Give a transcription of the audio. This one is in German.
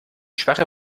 schwache